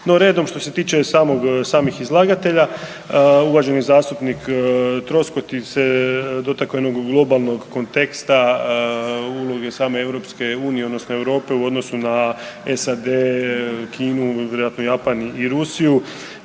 No redom što se tiče samog, samih izlagatelja, uvaženi zastupnik Troskot se dotakao jednog globalnog konteksta, uloge same EU odnosno Europe u odnosu na SAD, Kinu, vjerojatno Japan i Rusiju.